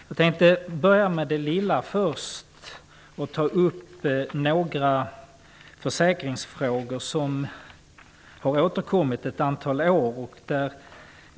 Jag tänkte börja med det lilla först och ta upp några försäkringsfrågor som har återkommit ett antal år.